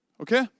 Okay